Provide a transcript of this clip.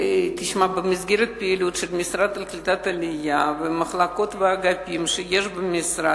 במסגרת הפעילות של המשרד לקליטת עלייה והמחלקות והאגפים שיש במשרד,